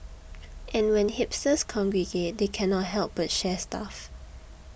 and when hipsters congregate they cannot help but share stuff